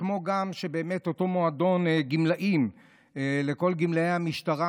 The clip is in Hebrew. כמוהו גם אותו מועדון גמלאים לכל גמלאי המשטרה,